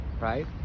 right